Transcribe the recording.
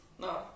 No